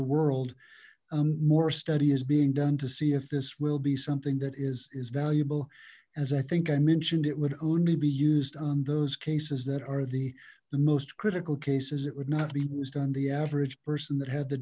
the world more study is being done to see if this will be something that is as valuable as i think i mentioned it would only be used on those cases that are the the most critical cases it would not be used on the average person that had the